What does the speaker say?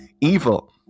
evil